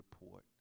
report